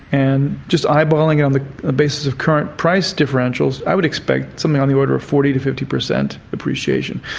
and just eyeballing it on the basis of current price differentials, i would expect something in the order of forty to fifty per cent appreciation.